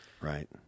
Right